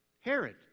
Herod